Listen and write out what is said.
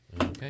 Okay